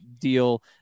deal